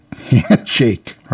handshake